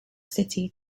city